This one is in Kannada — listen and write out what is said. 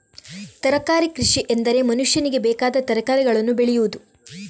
ತರಕಾರಿ ಕೃಷಿಎಂದರೆ ಮನುಷ್ಯನಿಗೆ ಬೇಕಾದ ತರಕಾರಿಗಳನ್ನು ಬೆಳೆಯುವುದು